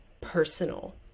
personal